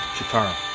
Chitara